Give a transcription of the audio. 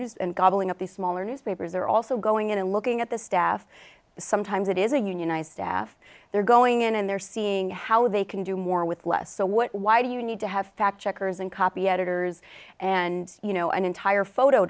news and gobbling up the smaller newspapers they're also going in and looking at the staff sometimes it is a unionized staff they're going in and they're seeing how they can do more with less so why do you need to have fact checkers and copy editors and you know an entire photo